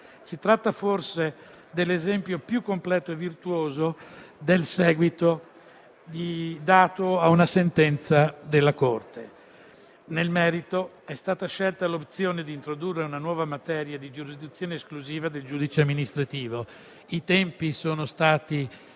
Si tratta forse dell'esempio più completo e virtuoso del seguito dato a una sentenza della Corte. Nel merito, è stata scelta l'opzione di introdurre una nuova materia di giurisdizione esclusiva del giudice amministrativo. I tempi sono stati